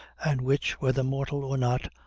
and which, whether mortal or not,